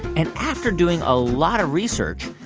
and after doing a lot of research,